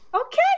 Okay